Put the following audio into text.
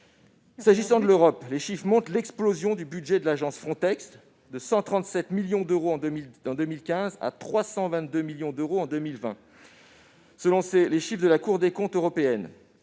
Concernant l'Europe, les chiffres montrent l'explosion du budget de l'agence Frontex, de 137 millions d'euros en 2015 à 322 millions d'euros en 2020, selon les chiffres de la Cour des comptes européenne,